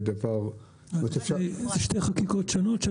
אלה שתי חקיקות שונות.